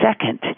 second